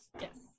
Yes